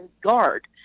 guard